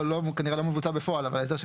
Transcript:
לא אמרת גם אחרת, זה בסדר.